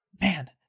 man